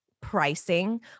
pricing